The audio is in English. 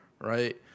right